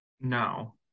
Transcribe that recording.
No